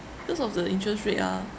because of the interest rate ah